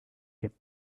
get